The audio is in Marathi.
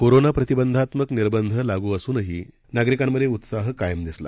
कोरोनाप्रतिबंधात्मकनिबंधलागूअसूनहीनागरिकांमध्येउत्साहकायमदिसला